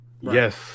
Yes